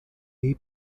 dei